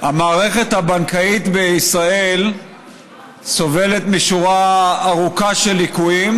המערכת הבנקאית בישראל סובלת משורה ארוכה של ליקויים,